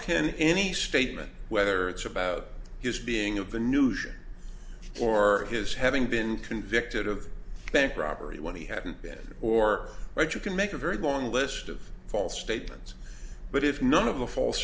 can any statement whether it's about his being of the new ship or his having been convicted of bank robbery when he hadn't been or right you can make a very long list of false statements but if none of the false